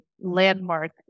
landmark